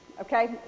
Okay